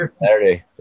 Saturday